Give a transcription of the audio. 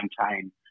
maintain